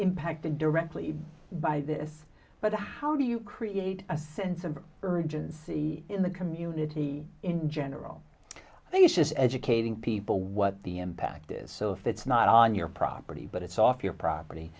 impacted directly by this but how do you create a sense of urgency in the community in general he's just educating people what the impact is so if it's not on your property but it's off your property